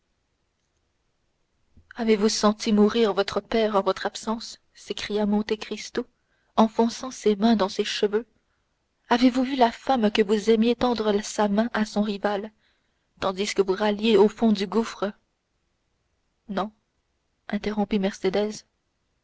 avez-vous senti mourir votre père en votre absence s'écria monte cristo enfonçant ses mains dans ses cheveux avez-vous vu la femme que vous aimiez tendre sa main à votre rival tandis que vous râliez au fond du gouffre non interrompit mercédès